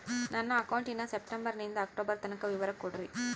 ನನ್ನ ಅಕೌಂಟಿನ ಸೆಪ್ಟೆಂಬರನಿಂದ ಅಕ್ಟೋಬರ್ ತನಕ ವಿವರ ಕೊಡ್ರಿ?